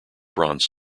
bronze